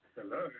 Hello